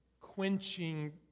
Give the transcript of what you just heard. quenching